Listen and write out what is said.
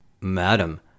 madam